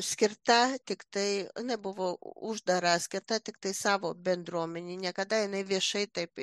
skirta tiktai na buvo uždara skirta tiktai savo bendruomenei niekada jinai viešai taip